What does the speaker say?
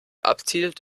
abzielt